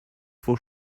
for